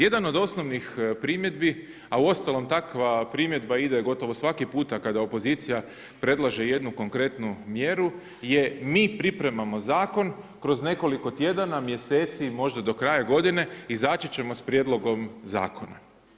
Jedan od osnovnih primjedbi, a uostalom takva primjedba ide gotovo svaki puta kada opozicija predlaže jednu konkretnu mjeru je mi pripremamo zakon kroz nekoliko tjedana, mjeseci i možda do kraja godine, izaći ćemo s prijedlogom zakona.